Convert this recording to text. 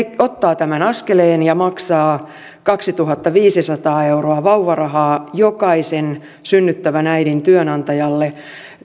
ottaa tämän askeleen ja maksaa kaksituhattaviisisataa euroa vauvarahaa jokaisen synnyttävän äidin työnantajalle